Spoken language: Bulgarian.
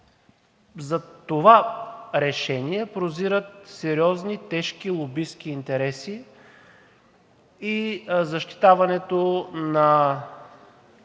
зад това решение прозират сериозни тежки лобистки интереси и защитаването не